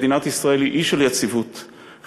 מדינת ישראל היא אי של יציבות חברתית,